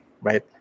right